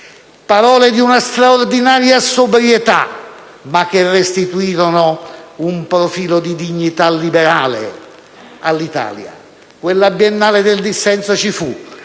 Parole di una straordinaria sobrietà, ma che restituirono un profilo di dignità liberale all'Italia. Quella Biennale dei dissenso si